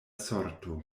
sorto